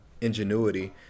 ingenuity